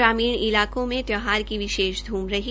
ग्रामीण इलाकों में तयौहार की विशेष ध्म रही